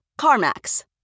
CarMax